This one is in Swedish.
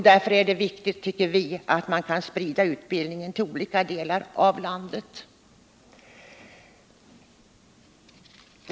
Därför tycker vi att det är viktigt att sprida utbildningen till olika delar av landet.